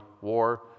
war